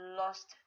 lost